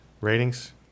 Ratings